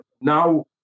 now